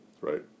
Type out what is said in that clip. right